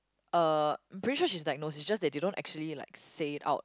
uh pretty sure she's diagnosed it's just that they don't actually like say it out